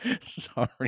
Sorry